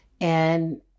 And-